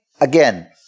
again